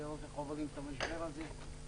ולראות איך עוברים את המשבר הזה.